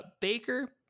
Baker